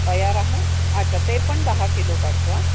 तयार आहे अच्छा ते पण दहा किलो पाठवा